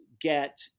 get